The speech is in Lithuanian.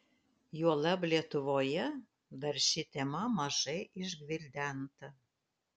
juolab lietuvoje dar ši tema mažai išgvildenta